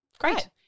Great